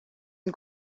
une